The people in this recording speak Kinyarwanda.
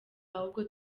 ahubwo